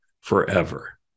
forever